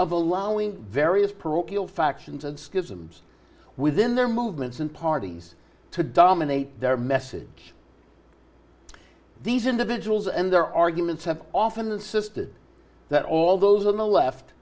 of allowing various parochial factions and schisms within their movements and parties to dominate their message these individuals and their arguments have often insisted that all those on the left